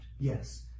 Yes